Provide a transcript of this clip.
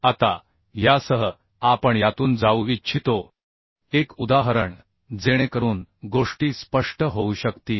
आता यासह आपण यातून जाऊ इच्छितो एक उदाहरण जेणेकरून गोष्टी स्पष्ट होऊ शकतील